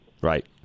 Right